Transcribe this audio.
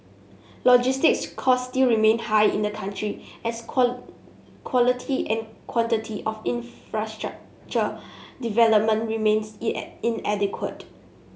logistics costs still remain high in the country as quality and quantity of infrastructure development remains inadequate